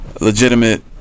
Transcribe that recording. Legitimate